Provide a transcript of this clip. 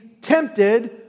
tempted